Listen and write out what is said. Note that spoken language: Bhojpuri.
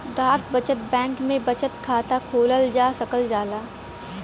डाक बचत बैंक में बचत खाता खोलल जा सकल जाला